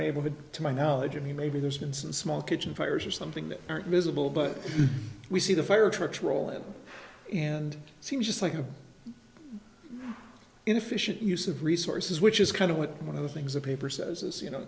neighborhood to my knowledge of me maybe there's been some small kitchen fires or something that aren't visible but we see the fire trucks roll in and it seems just like an inefficient use of resources which is kind of what one of the things the paper says is you know